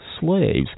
slaves